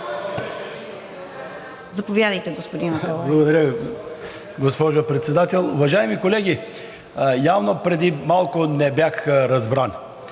Заповядайте, господин Аталай.